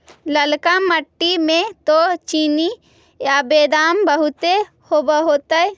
ललका मिट्टी मे तो चिनिआबेदमां बहुते होब होतय?